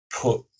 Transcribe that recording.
put